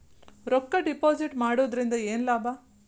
ರೊಕ್ಕ ಡಿಪಾಸಿಟ್ ಮಾಡುವುದರಿಂದ ಏನ್ ಲಾಭ?